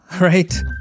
right